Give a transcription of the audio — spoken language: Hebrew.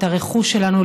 את הרכוש שלנו,